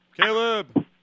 Caleb